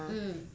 mm